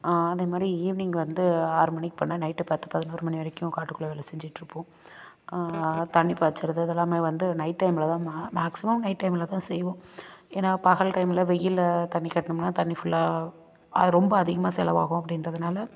அதே மாரி ஈவினிங் வந்து ஆறு மணிக்கு போனால் நைட்டு பத்து பதினோரு மணி வரைக்கும் காட்டுக்குள்ளே வேலை செஞ்சிட்டுருப்போம் தண்ணி பாய்ச்சிறது இதெல்லாமே வந்து நைட் டைம்மில தான் மா மேக்ஸிமம் நைட் டைம்மில தான் செய்வோம் ஏன்னா பகல் டைம்மில வெயிலில் தண்ணி காட்னோம்னா தண்ணி ஃபுல்லாக அது ரொம்ப அதிகமாக செலவாகும் அப்படின்றதுனால